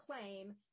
claim